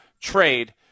trade